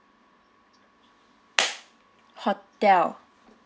hotel